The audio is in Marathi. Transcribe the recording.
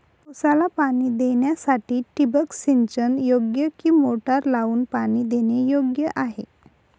ऊसाला पाणी देण्यासाठी ठिबक सिंचन योग्य कि मोटर लावून पाणी देणे योग्य आहे?